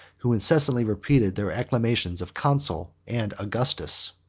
who incessantly repeated their acclamations of consul and augustus.